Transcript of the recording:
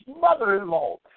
mother-in-law